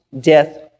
death